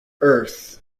earth